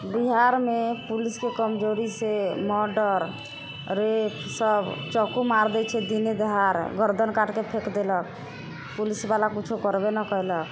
बिहारमे पुलिसके कमजोरीसँ मर्डर रेप सब चाकू मारि दै छै दिने दहाड़ गर्दन काटिके फेक देलक पुलिसवला किछु करबे नहि कयलक